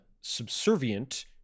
subservient